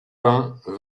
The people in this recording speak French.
vingt